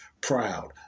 proud